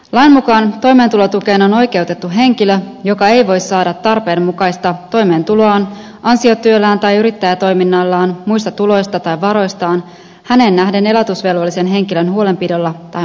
lain mukaan toimeentulotukeen on oikeutettu henkilö joka ei voi saada tarpeiden mukaista toimeentuloaan ansiotyöllään tai yrittäjätoiminnallaan muista tuloista tai varoistaan häneen nähden elatusvelvollisen henkilön huolenpidolla tai muulla tavalla